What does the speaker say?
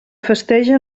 festeja